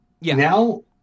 now